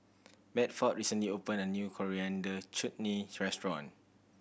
Bedford recently opened a new Coriander Chutney restaurant